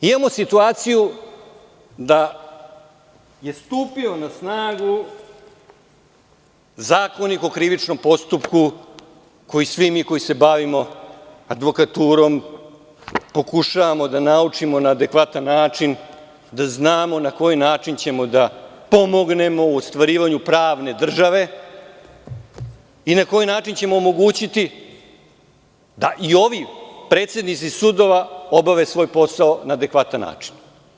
Imamo situaciju da je stupio na snagu Zakonik o krivičnom postupku, koji svi mi koji se bavimo advokaturom pokušavamo da naučimo na adekvatan način, da znamo na koji način ćemo da pomognemo u ostvarivanju pravne države, i na koji način ćemo omogućiti da i ovi predsednici sudova obave svoj posao na adekvatan način.